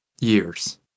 years